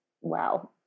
wow